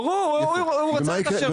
ברור שבעל הדירה.